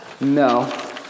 No